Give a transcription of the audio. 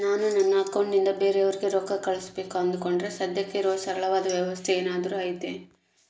ನಾನು ನನ್ನ ಅಕೌಂಟನಿಂದ ಬೇರೆಯವರಿಗೆ ರೊಕ್ಕ ಕಳುಸಬೇಕು ಅಂದುಕೊಂಡರೆ ಸದ್ಯಕ್ಕೆ ಇರುವ ಸರಳವಾದ ವ್ಯವಸ್ಥೆ ಏನಾದರೂ ಐತೇನು?